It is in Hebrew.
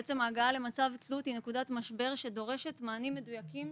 בעצם ההגעה למצב תלות זו נקודת משבר שדורשת מענים מדויקים,